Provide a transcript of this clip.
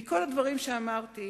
מכל הדברים שאמרתי,